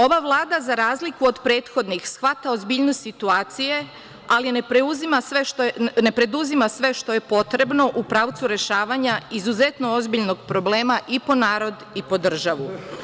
Ova Vlada, za razliku od prethodnih, shvata ozbiljnost situacije, ali ne preduzima sve što je potrebno u pravcu rešavanja izuzetno ozbiljnog problema, i po narod, i po državu.